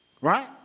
Right